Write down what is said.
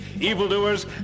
evildoers